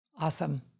Awesome